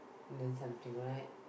learn something right